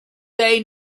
they